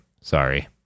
Sorry